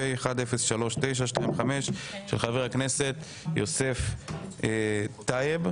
של ח"כ יוסף טייב.